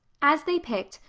as they picked,